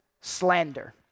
slander